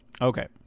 Okay